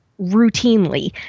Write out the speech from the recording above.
routinely